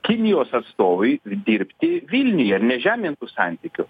kinijos atstovui dirbti vilniuje ir nežemint tų santykių